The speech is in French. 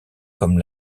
comme